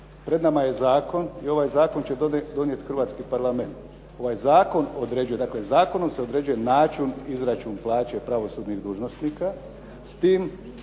Pred nama je zakon i ovaj zakon će donijeti Hrvatski parlament. Ovaj zakon određuje, dakle zakonom se određuje način izračuna plaće pravosudnih dužnosnika s tim